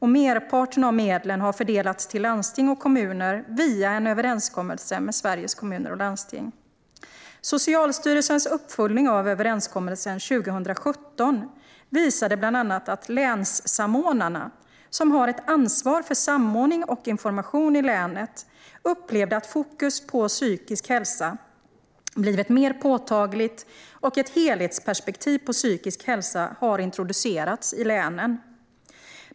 Merparten av medlen har fördelats till landsting och kommuner via en överenskommelse med Sveriges Kommuner och Landsting. Socialstyrelsens uppföljning av överenskommelsen 2017 visade bland annat att länssamordnarna, som har ett ansvar för samordning och information i länet, upplevde att fokus på psykisk hälsa har blivit mer påtagligt, och ett helhetsperspektiv på psykisk hälsa har introducerats i länen.